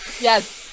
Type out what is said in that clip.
Yes